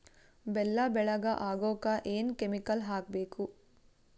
ಬೆಲ್ಲ ಬೆಳಗ ಆಗೋಕ ಏನ್ ಕೆಮಿಕಲ್ ಹಾಕ್ಬೇಕು?